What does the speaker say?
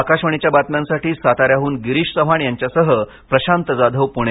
आकाशवाणीच्या बातम्यांसाठी साताऱ्याहून गिरीष चव्हाण यांच्यासह प्रशांत जाधव पुणे